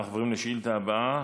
אנחנו עוברים לשאילתה הבאה,